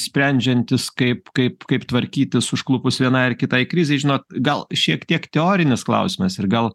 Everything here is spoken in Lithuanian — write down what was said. sprendžiantis kaip kaip kaip tvarkytis užklupus vienai ar kitai krizei žinot gal šiek tiek teorinis klausimas ir gal